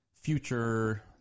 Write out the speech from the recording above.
future